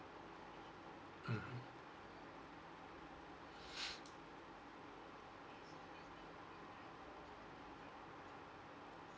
mmhmm